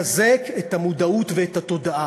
לחזק את המודעות ואת התודעה.